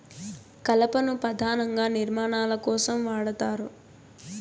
కలపను పధానంగా నిర్మాణాల కోసం వాడతారు